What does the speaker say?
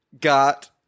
got